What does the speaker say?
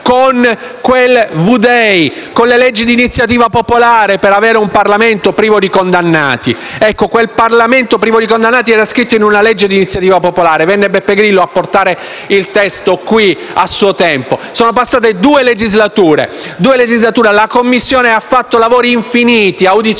con quel V-Day, con le leggi di iniziativa popolare per avere un Parlamento privo di condannati. Ecco, quel Parlamento privo di condannati era previsto nel testo di legge di iniziativa popolare: venne Beppe Grillo a portare il testo qui, a suo tempo. Sono passate due legislature - due legislature! - e la Commissione ha svolto lavori infiniti, audizioni